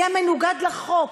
יהיה מנוגד לחוק.